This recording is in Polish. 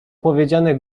powiedziane